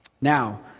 Now